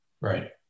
Right